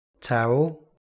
Towel